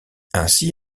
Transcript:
ainsi